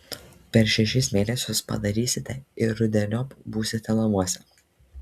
per šešis mėnesius padarysite ir rudeniop būsite namuose